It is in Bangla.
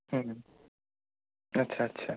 হুম আচ্ছা আচ্ছা